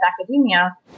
academia